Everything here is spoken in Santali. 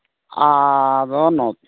ᱟᱫᱚ ᱱᱚᱝᱠᱟ